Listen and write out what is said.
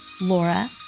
Laura